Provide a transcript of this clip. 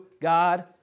God